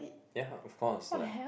ya of cause like